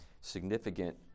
significant